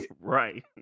Right